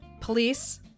police